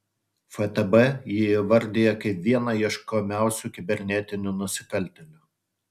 ftb jį įvardija kaip vieną ieškomiausių kibernetinių nusikaltėlių